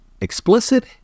Explicit